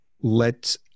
lets